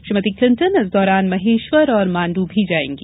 Shrimati Clinton इस दौरान महेश्वर और मांडू भी जाएंगी